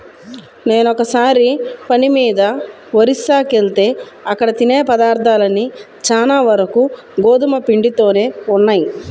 నేనొకసారి పని మీద ఒరిస్సాకెళ్తే అక్కడ తినే పదార్థాలన్నీ చానా వరకు గోధుమ పిండితోనే ఉన్నయ్